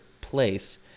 place